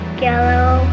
yellow